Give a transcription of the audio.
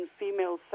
female